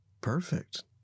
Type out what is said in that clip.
perfect